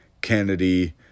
Kennedy